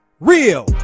real